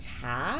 tap